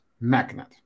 magnet